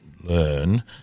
learn